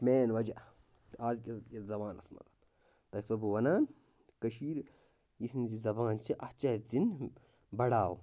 main وَجہ اَزکِس زمانَس منٛز تۄہہِ چھُسو بہٕ وَنان کٔشیٖر یِہٕنٛز یہِ زبان چھِ اَتھ چھِ اَسہِ دِنۍ بَڑاو